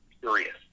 curious